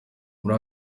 muri